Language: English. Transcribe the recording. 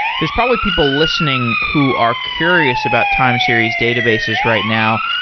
there're probably people listening who are curious about time series databases right now.